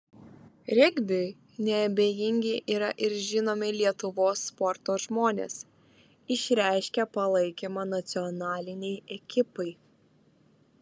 regbiui neabejingi yra ir žinomi lietuvos sporto žmonės išreiškę palaikymą nacionalinei ekipai